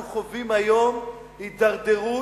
אנחנו חווים היום התדרדרות